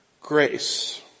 grace